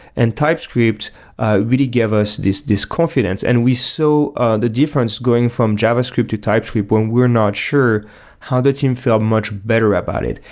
and typescript really gave us this this confidence and we saw so ah the difference going from javascript to typescript when we're not sure how the team feel much better about it.